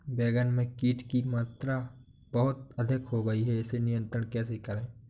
बैगन में कीट की मात्रा बहुत अधिक हो गई है इसे नियंत्रण कैसे करें?